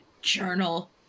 journal